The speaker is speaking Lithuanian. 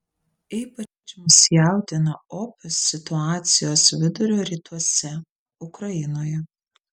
ypač mus jaudina opios situacijos vidurio rytuose ukrainoje